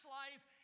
life